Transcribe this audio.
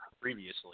previously